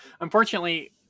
unfortunately